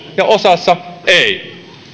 ja osassa ei